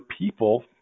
people